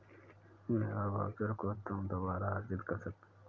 labour voucher को तुम दोबारा अर्जित कर सकते हो